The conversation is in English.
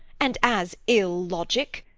and as ill logic!